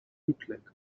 bootleg